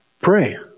Pray